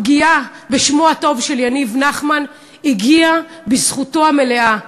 הפגיעה בשמו הטוב של יניב נחמן הגיעה בזכותו המלאה.